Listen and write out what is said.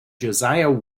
josiah